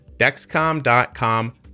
Dexcom.com